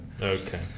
Okay